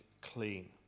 clean